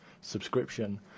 subscription